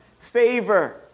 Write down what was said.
favor